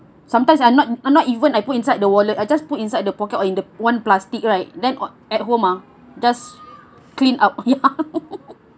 sometimes I'm not I'm not even I put inside the wallet I just put inside the pocket or in the one plastic right then at home ah just clean up ya